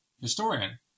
historian